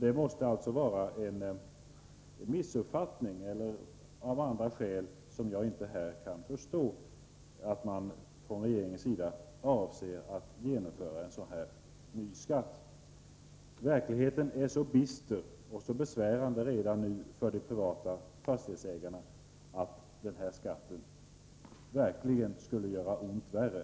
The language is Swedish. Det måste alltså vara till följd av en missuppfattning eller av andra skäl som jag inte kan förstå varför man från regeringens sida avser att införa en sådan här ny skatt. Verkligheten är redan nu så bister och besvärande för de privata fastighetsägarna att denna skatt sannerligen skulle göra ont värre.